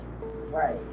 Right